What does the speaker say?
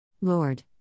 Lord